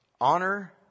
Honor